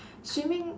swimming